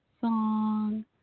song